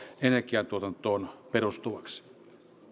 energiatuotantoon perustuvaksi